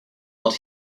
what